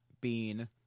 Bean